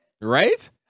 Right